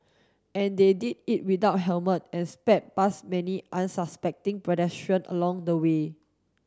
and they did it without helmet and sped past many unsuspecting pedestrian along the way